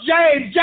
James